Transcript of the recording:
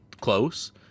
close